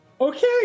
Okay